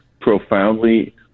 profoundly